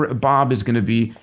ah bob is going to be,